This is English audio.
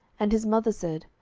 and his mother said,